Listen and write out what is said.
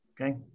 Okay